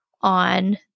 on